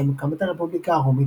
עם הקמת הרפובליקה הרומית,